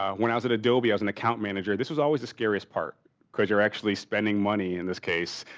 when i was at adobe, i was an account manager. this was always a scariest part because you're actually spending money in this case.